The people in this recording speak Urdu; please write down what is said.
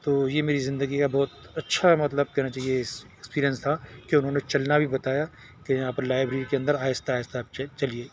تو یہ میری زندگی کا بہت اچھا مطلب کہنا چاہیے اکسپیرئنس تھا کہ انہوں نے چلنا بھی بتایا کہ یہاں پر لائبریری کے اندر آہستہ آہستہ آپ چلیے